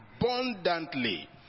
abundantly